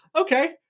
okay